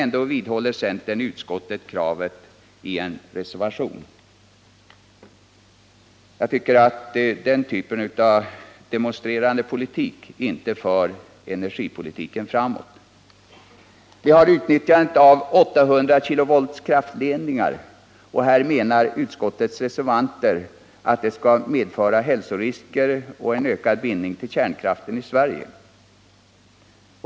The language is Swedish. Ändå vidhåller utskottets centerpartistiska ledamöter motionskravet i en reservation. Den typen av demonstrerande politik för inte energipolitiken framåt. När det gäller utnyttjandet av 800-kV-kraftledningar menar utskottets reservanter att det kommer att medföra hälsorisker och en ökad bindning till kärnkraften i Sverige.